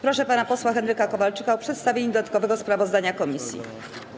Proszę pana posła Henryka Kowalczyka o przedstawienie dodatkowego sprawozdania komisji.